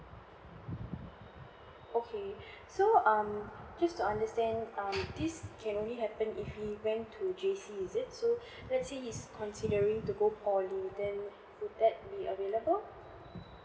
okay so um just to understand um this can really happen if he went to J_C is it so let's say he's considering to go for poly then would that be available